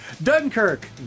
Dunkirk